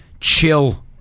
chill